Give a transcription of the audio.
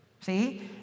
See